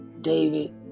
David